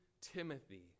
Timothy